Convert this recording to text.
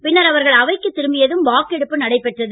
பின்னர் அவர்கள் அவைக்குத் திரும்பியதும் வாக்கெடுப்பு நடைபெற்றது